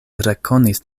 rekonis